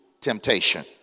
temptation